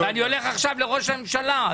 אני הולך עכשיו לראש הממשלה.